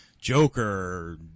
Joker